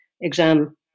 exam